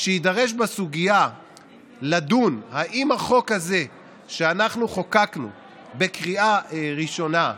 יידרש לדון אם החוק הזה שאנחנו חוקקנו בקריאה ראשונה,